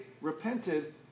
repented